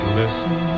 listen